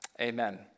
amen